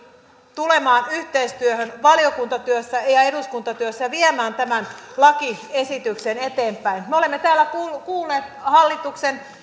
tulemaan yhteistyöhön valiokuntatyössä ja eduskuntatyössä ja viemään tämän lakiesityksen eteenpäin me olemme täällä kuulleet hallituksen